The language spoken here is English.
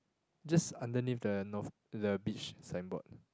just underneath the north the beach signboard